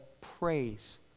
praise